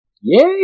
Yay